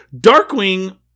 Darkwing